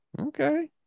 okay